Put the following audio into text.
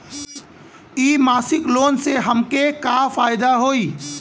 इ मासिक लोन से हमके का फायदा होई?